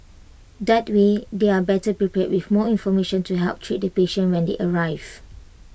that way they are better prepared with more information to help treat the patient when they arrive